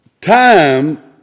Time